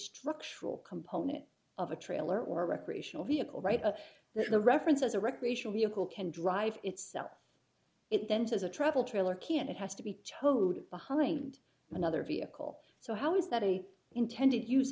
structural component of a trailer or recreational vehicle right that the reference as a recreational vehicle can drive itself it enters a travel trailer can't it has to be towed behind another vehicle so how is that a intended use